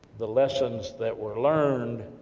the lessons that were learned,